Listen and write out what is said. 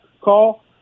call